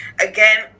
again